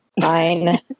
Fine